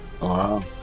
Wow